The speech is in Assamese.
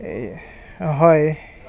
এই হয়